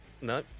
No